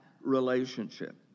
relationship